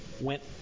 went